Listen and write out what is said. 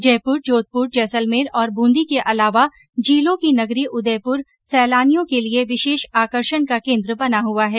जयपुर जोधपुर जैसलमेर और बूंदी के अलावा झीलों की नगरी उदयपुर सैलानियों के लिए विशेष आकर्षण का केन्द्र बना हुआ है